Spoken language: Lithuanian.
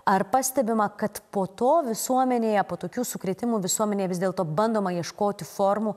ar pastebima kad po to visuomenėje po tokių sukrėtimų visuomenėj vis dėlto bandoma ieškoti formų